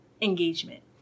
engagement